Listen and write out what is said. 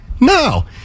No